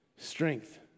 strength